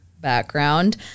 background